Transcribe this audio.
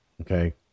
Okay